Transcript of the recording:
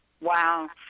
Wow